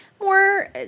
more